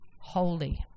holy